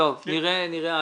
טוב, נראה הלאה.